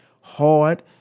hard